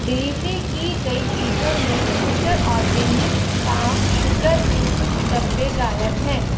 delivery की गई चीज़ों में फ़्यूचर ऑर्गॅनिक्स पाम शुगर के कुछ डब्बे गायब हैं